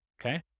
Okay